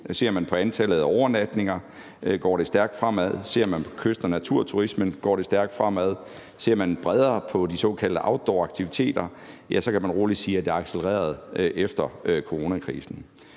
Ser man på antallet af overnatninger, går det stærkt fremad. Ser man på kyst- og naturturismen, går det stærkt fremad. Ser man bredere på de såkaldte outdooraktiviteter, ja, så kan man rolig sige, at det er accelereret efter coronakrisen.